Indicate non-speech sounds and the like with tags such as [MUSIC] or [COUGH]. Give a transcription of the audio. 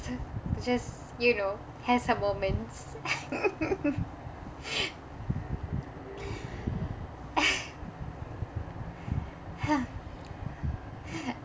just you know has her moments [LAUGHS] ha